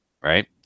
right